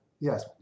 yes